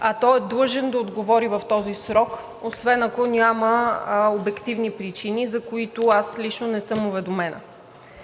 а той е длъжен да отговори в този срок, освен ако няма обективни причини, за които аз не съм уведомена.